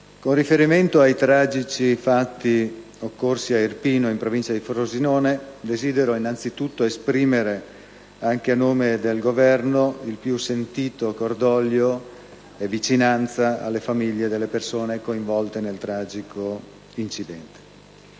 con riferimento ai tragici fatti occorsi a Arpino, in provincia di Frosinone, desidero innanzi tutto esprimere, anche a nome del Governo, il più sentito cordoglio e vicinanza alle famiglie delle persone coinvolte nel tragico incidente.